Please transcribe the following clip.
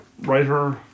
writer